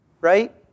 Right